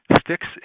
sticks